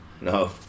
No